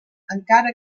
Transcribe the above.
encara